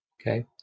Okay